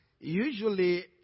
Usually